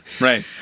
right